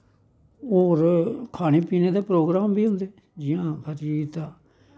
होर खाने पीने दे प्रोग्राम बी होंदे जि'यां हरजीत दा